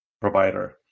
provider